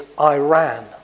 Iran